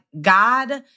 God